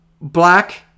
black